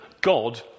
God